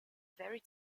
very